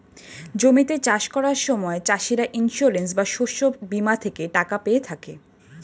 জমিতে চাষ করার সময় চাষিরা ইন্সিওরেন্স বা শস্য বীমা থেকে টাকা পেয়ে থাকে